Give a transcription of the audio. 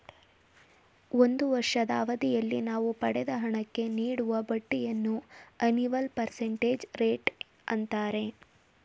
ಒಂದು ವರ್ಷದ ಅವಧಿಯಲ್ಲಿ ನಾವು ಪಡೆದ ಹಣಕ್ಕೆ ನೀಡುವ ಬಡ್ಡಿಯನ್ನು ಅನಿವಲ್ ಪರ್ಸೆಂಟೇಜ್ ರೇಟ್ ಅಂತಾರೆ